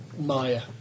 Maya